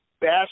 best